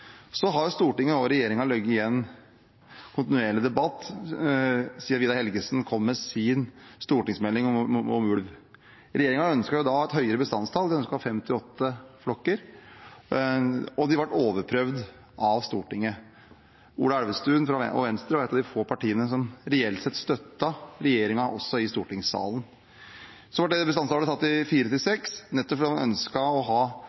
Så har Stortinget og regjeringen løyet igjen – en kontinuerlig debatt siden Vidar Helgesen kom med sin stortingsmelding om ulv. Regjeringen ønsket da et høyere bestandstall, de ønsket 58 flokker, og de ble overprøvd av Stortinget. Venstre – med Ola Elvestuen – var et av de få partiene som reelt sett støttet regjeringen også i stortingssalen. Så ble bestandstallet satt til 4–6, nettopp fordi man ønsket å ha